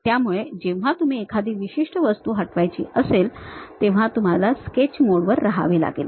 त्यामुळे जेव्हा तुम्हाला एखादी विशिष्ट वस्तू हटवायची असेल तेव्हा तुम्हाला स्केच मोडवर राहावे लागेल